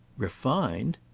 refined?